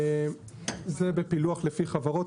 זה פילוח לפי חברות.